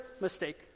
mistake